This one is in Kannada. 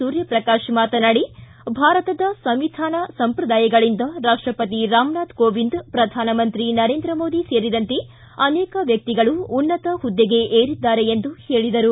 ಸೂರ್ಯಪ್ರಕಾಶ ಮಾತನಾಡಿ ಭಾರತದ ಸಂವಿಧಾನ ಸಂಪ್ರದಾಯಗಳಿಂದ ರಾಷ್ಟಪತಿ ರಾಮನಾಥ ಕೋವಿಂದ ಪ್ರಧಾನಮಂತ್ರಿ ನರೇಂದ್ರ ಮೋದಿ ಸೇರಿದಂತೆ ಅನೇಕ ವ್ಯಕ್ತಿಗಳು ಉನ್ನತ ಹುದ್ದೆಗೆ ಏರಿದ್ದಾರೆ ಎಂದು ಹೇಳಿದರು